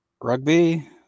Rugby